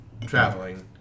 traveling